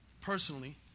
personally